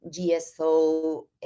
GSO